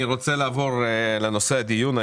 אני רוצה לעבור לנושא הדיון.